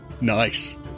Nice